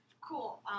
Cool